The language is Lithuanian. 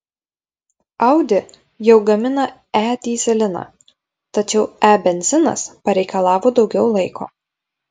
audi jau gamina e dyzeliną tačiau e benzinas pareikalavo daugiau laiko